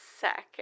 second